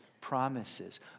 promises